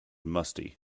musty